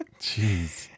Jeez